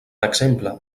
exemple